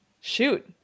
Shoot